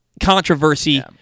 controversy